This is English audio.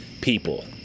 people